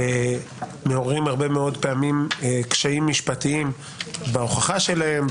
מעוררים הרבה מאוד פעמים קשיים משפטיים בהוכחה שלהם,